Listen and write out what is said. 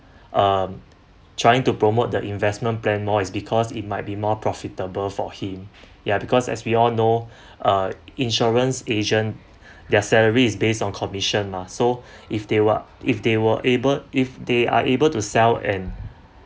um trying to promote the investment plan more is because it might be more profitable for him ya because as we all know uh insurance agent their salary is based on commission mah so if they were if they were able if they are able to sell and